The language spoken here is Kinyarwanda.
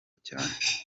cyane